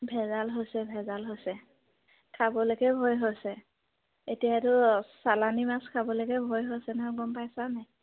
ভেজাল হৈছে ভেজাল হৈছে খাবলৈকে ভয় হৈছে এতিয়াতো চালানী মাছ খাবলৈকে ভয় হৈছে নহয় গম পাইছা নাই